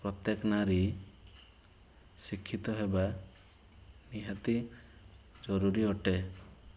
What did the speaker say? ପ୍ରତେକ ନାରୀ ଶିକ୍ଷିତ ହେବା ନିହାତି ଜରୁରୀ ଅଟେ